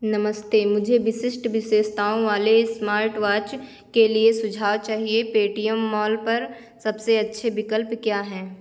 नमस्ते मुझे विशिष्ट विशेषताओं वाले स्मार्टवॉच के लिए सुझाव चाहिए पेटीएम मॉल पर सबसे अच्छे विकल्प क्या हैं